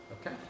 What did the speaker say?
Okay